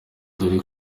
dore